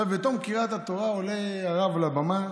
בתום קריאת התורה עולה הרב לבמה